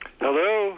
Hello